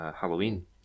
Halloween